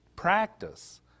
practice